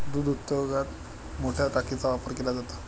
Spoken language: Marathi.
दूध उद्योगात मोठया टाकीचा वापर केला जातो